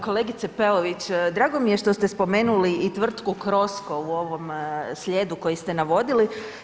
Kolegice Peović, drago mi je što ste spomenuli i Tvrtku „Crosco“ u ovom slijedu koji ste navodili.